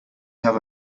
have